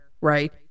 right